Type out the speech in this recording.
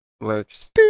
Works